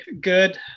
good